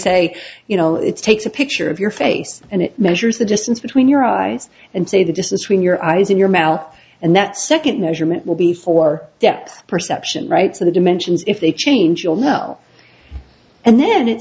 say you know it's takes a picture of your face and it measures the distance between your eyes and say the distance when you're eyes in your mouth and that second measurement will be for depth perception right so the dimensions if they change all know and then it